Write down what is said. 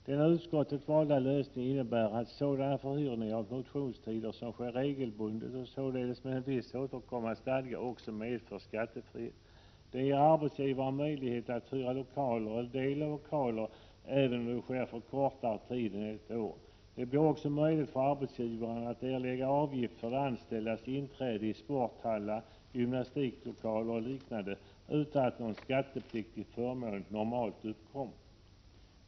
Den av utskottet valda lösningen innebär att sådana förhyrningar av motionstider som sker regelbundet och således med en viss återkommande stadga också medför skattefrihet. Den ger arbetsgivaren möjlighet att hyra lokaler eller del av lokaler även om det sker på kortare tid än ett år. Det blir då också möjligt för arbetsgivaren att t.ex. erlägga avgift för de anställdas inträde i sporthallar, gymnastiklokaler och liknande utan att någon skattepliktig förmån normalt uppkommer.